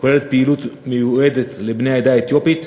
הכוללת פעילות מיועדת לבני העדה האתיופית,